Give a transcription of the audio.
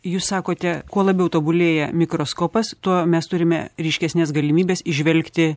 jūs sakote kuo labiau tobulėja mikroskopas tuo mes turime ryškesnes galimybes įžvelgti